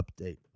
update